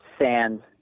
sand